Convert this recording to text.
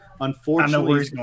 Unfortunately